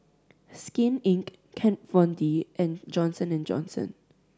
Skin Inc Kat Von D and Johnson and Johnson